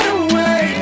away